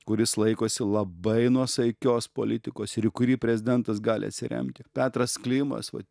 kuris laikosi labai nuosaikios politikos ir į kurį prezidentas gali atsiremti petras klimas va